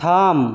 থাম